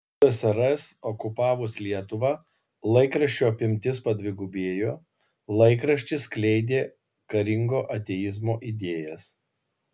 ssrs okupavus lietuvą laikraščio apimtis padvigubėjo laikraštis skleidė karingo ateizmo idėjas